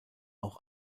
eine